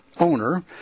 owner